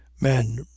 men